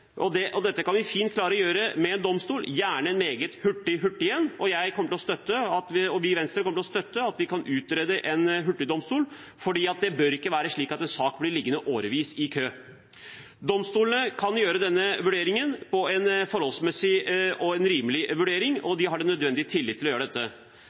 gjør jeg allikevel. Dette kan vi fint klare å gjøre med en domstol, gjerne en meget hurtig en. Vi i Venstre kommer til å støtte at vi kan utrede en hurtigdomstol, for det bør ikke være slik at en sak blir liggende årevis i kø. Domstolene kan gjøre denne vurderingen – en forholdsmessig og en rimelig vurdering – og de har den nødvendige tilliten til å kunne gjøre dette.